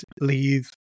leave